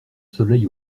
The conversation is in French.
soleil